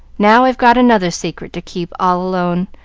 now i've got another secret to keep all alone,